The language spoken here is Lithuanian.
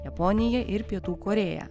japonija ir pietų korėja